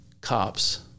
cops